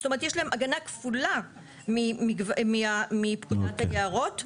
זאת אומרת יש להם הגנה כפולה מפקודת היערות,